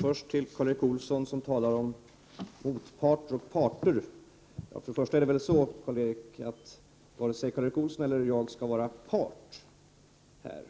Herr talman! Karl Erik Olsson talar om motparter och parter. Men först och främst är det väl så, att varken Karl Erik Olsson eller jag är parter här.